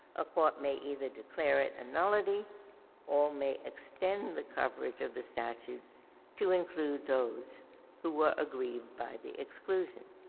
a court may either declare it a and nullity or may extend the coverage of the statue to include those who were aggrieved by the exclusion.